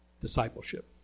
Discipleship